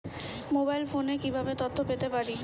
Mobile ফোনে কিভাবে তথ্য পেতে পারি?